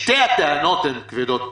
שתי הטענות הן כבדות משקל.